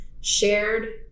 shared